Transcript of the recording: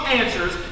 answers